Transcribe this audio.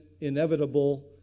inevitable